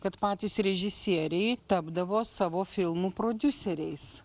kad patys režisieriai tapdavo savo filmų prodiuseriais